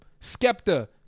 Skepta